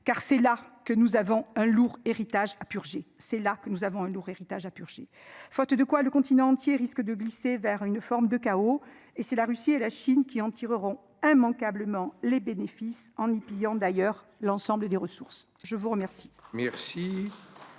car c'est là que nous avons un lourd héritage à purger. C'est là que nous avons un lourd héritage à purger, faute de quoi le continent entier risque de glisser vers une forme de chaos. Et si la Russie et la Chine qui en tireront immanquablement les bénéfices Eni pillant d'ailleurs l'ensemble des ressources. Je vous remercie.